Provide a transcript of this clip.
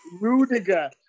Rudiger